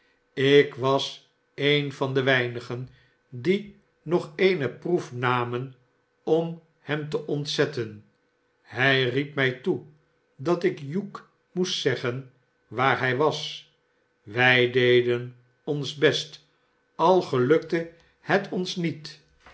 ik was een van de weinigen die nog eene proef namen om hem te ontzetten hij riep mij toe dat ik hugh moest zeggen waar hij was wij deden ons best al gelukte het ons niet